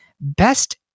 best